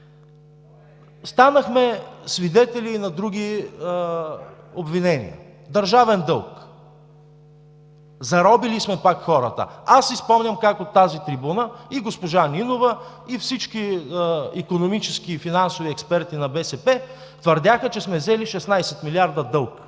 Станахме свидетели и на други обвинения: държавен дълг, заробили сме пак хората. Аз си спомням как от тази трибуна и госпожа Нинова, и всички икономически и финансови експерти на БСП твърдяха, че сме взели дълг 16 милиарда през